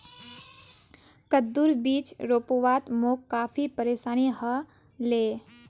कद्दूर बीज रोपवात मोक काफी परेशानी ह ले